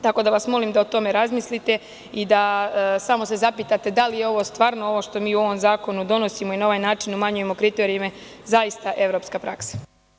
Tako da vas molim, da o tome razmislite i da samo se zapitate da li je ovo stvarno ovo što mi u ovom zakonu donosimo, i na ovaj način umanjujemo kriterijume, zaista evropska praksa.